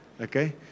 Okay